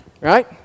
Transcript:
Right